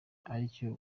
aricyo